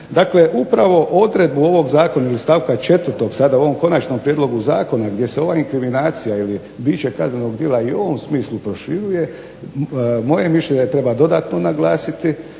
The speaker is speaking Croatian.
Dakle, upravo odredbu ovog zakona ili stavka četvrtog sada u ovom konačnom prijedlogu zakona gdje se ova inkriminacija ili biće kaznenog djela i u ovom smislu proširuje moje je mišljenje da treba dodatno naglasiti